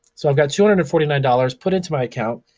so, i've got two hundred and forty nine dollars put into my account,